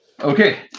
okay